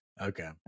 Okay